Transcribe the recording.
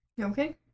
Okay